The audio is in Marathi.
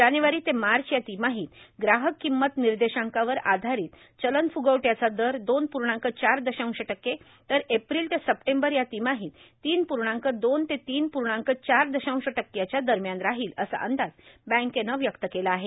जानेवारी ते मार्च या तिमाहीत ग्राहक किंमत निर्देशांकावर आधारित चलनफ्गवट्याचा दर दोन प्र्णांक चार दशांश टक्के तर एप्रिल ते सप्टेंबर या तिमाहीत तीन पूर्णांक दोन ते तीन पूर्णांक चार दशांश टक्क्याच्या दरम्यान राहील असा अंदाज बँकेनं व्यक्त केला आहे